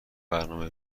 برنامه